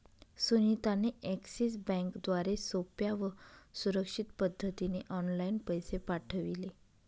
सुनीता ने एक्सिस बँकेद्वारे सोप्या व सुरक्षित पद्धतीने ऑनलाइन पैसे पाठविले